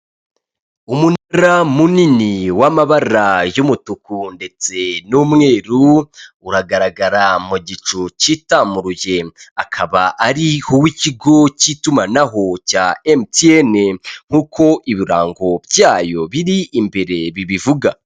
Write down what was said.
Umunara munini w'amabara y'umutuku ndetse n'umweru uragaragara mu gicu cyitamuruye akaba ari uw'ikigo cy'itumanaho cya emutiyeni nk'uko ibirango byawoo biri imbere bibivuga.